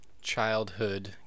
childhood